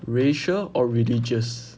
racial or religious